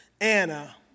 Anna